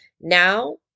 Now